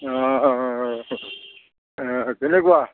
অঁ অঁ কেনেকুৱা